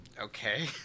Okay